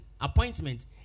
appointment